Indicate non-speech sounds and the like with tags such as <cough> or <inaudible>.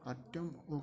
<unintelligible>